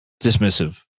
dismissive